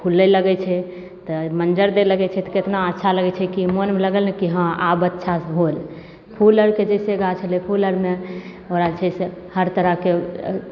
फुलै लगै छै तऽ मञ्जर दै लगै छै तऽ कतना अच्छा लागै छै कि मोनमे लागल ने कि हँ आब अच्छा होल फूल आरके जइसे गाछ फूल आरमे ओकरा जे छै से हर तरहके